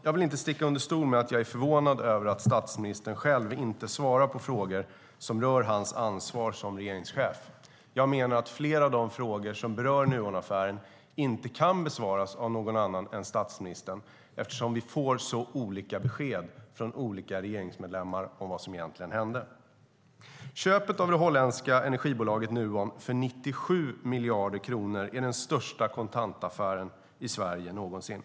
Jag vill inte sticka under stol med att jag är förvånad över att statsministern själv inte svarar på frågor som rör hans ansvar som regeringschef. Jag menar att flera av de frågor som berör Nuonaffären inte kan besvaras av någon annan än statsministern, eftersom vi får så olika besked från olika regeringsmedlemmar om vad som egentligen hände. Köpet av det holländska energibolaget Nuon för 97 miljarder kronor är den största kontantaffären i Sverige någonsin.